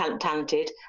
talented